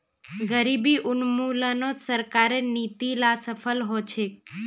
गरीबी उन्मूलनत सरकारेर नीती ला सफल ह छेक